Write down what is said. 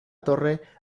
torre